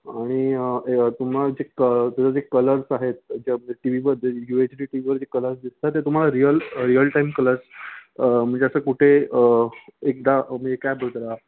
आणि तुम्हाला त्याचे जे कलर्स आहेत जे आपल्या टी वीवर जे यू एच डी टी वीवर जे कलर्स दिसतात ते तुम्हाला रिअल रिअल टाईम कलर्स म्हणजे असं कुठे एकदा म्हणजे काय बोलतात त्याला